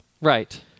Right